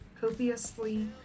copiously